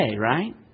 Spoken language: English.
right